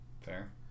fair